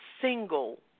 single